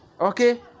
Okay